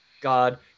God